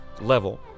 level